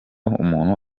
umuntu